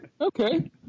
Okay